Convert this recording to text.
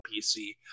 PC